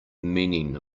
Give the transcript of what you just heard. meaning